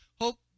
Hope